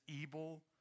evil